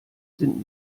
sind